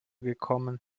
gekommen